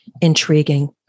intriguing